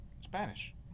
Spanish